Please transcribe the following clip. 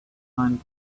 combined